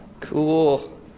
Cool